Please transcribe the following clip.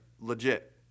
legit